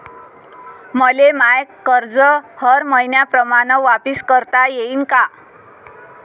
मले माय कर्ज हर मईन्याप्रमाणं वापिस करता येईन का?